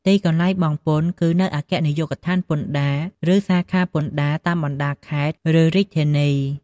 ទីកន្លែងបង់ពន្ធ គឺនៅអគ្គនាយកដ្ឋានពន្ធដារ ឬសាខាពន្ធដារតាមបណ្តាខេត្ត ឬរាជធានី។